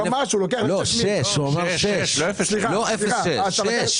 הוא אמר 6. 6. לא 0.6. סליחה.